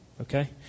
Okay